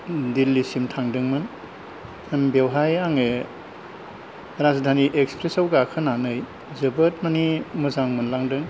दिल्लीसिम थांदोंमोन बेवहाय आङो राजधानी एक्सप्रेसआव गाखोनानै जोबोद माने मोजां मोनलांदों